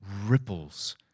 ripples